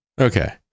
Okay